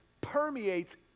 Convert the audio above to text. permeates